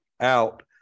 out